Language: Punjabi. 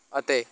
ਅਤੇ